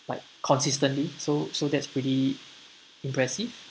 like consistently so so that's pretty impressive